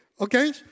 Okay